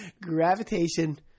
gravitation